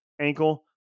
ankle